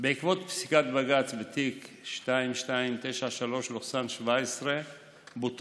בעקבות פסיקת בג"ץ בתיק 2293/17 בוטל